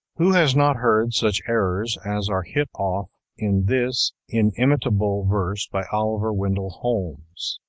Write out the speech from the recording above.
who has not heard such errors as are hit off in this inimitable verse by oliver wendell holmes